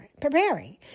preparing